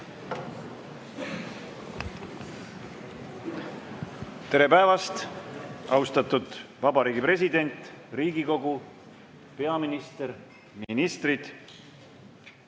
Tere päevast, austatud Vabariigi President, Riigikogu, peaminister, ministrid,